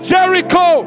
Jericho